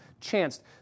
chanced